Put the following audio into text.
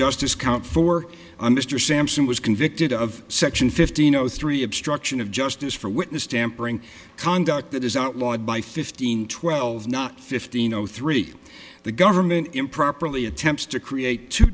justice count for a mystery sampson was convicted of section fifteen zero three obstruction of justice for witness tampering conduct that is outlawed by fifteen twelve not fifteen zero three the government improperly attempts to create two